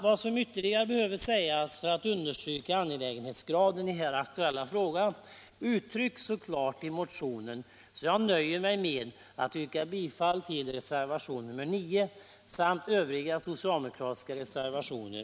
Vad som ytterligare behöver sägas för att understryka angelägenhetsgraden av den här aktuella frågan uttrycks så klart i motionen, att jag nöjer mig med att yrka bifall till reservationen 9 samt till övriga socialdemokratiska reservationer.